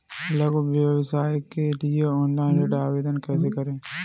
लघु व्यवसाय के लिए ऑनलाइन ऋण आवेदन कैसे करें?